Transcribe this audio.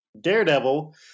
daredevil